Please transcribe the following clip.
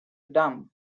dumb